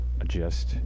adjust